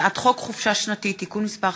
הצעת חוק חופשה שנתית (תיקון מס'